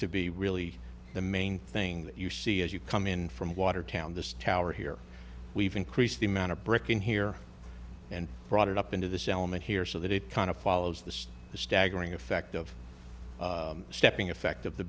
to be really the main thing that you see as you come in from watertown the tower here we've increased the amount of brick in here and brought it up into this element here so that it kind of follows the staggering effect of stepping effect of the